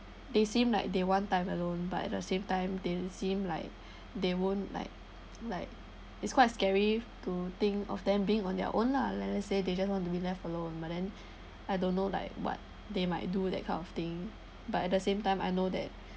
they seem like they want time alone but at the same time didn't seem like they won't like like it's quite scary to think of them being on their own lah let's say they just want to be left alone but then I don't know like what they might do that kind of thing but at the same time I know that